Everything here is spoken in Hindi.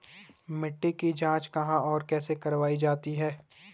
मिट्टी की जाँच कहाँ और कैसे करवायी जाती है?